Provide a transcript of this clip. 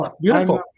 beautiful